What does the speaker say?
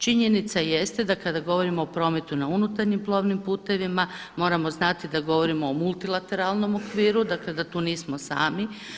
Činjenica jeste, da kada govorimo o prometu na unutarnjim plovnim putevima moramo znati da govorimo o multilateralnom okviru, dakle da tu nismo sami.